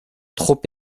trop